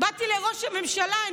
באתי לראש הממשלה,